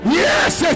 yes